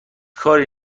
کاری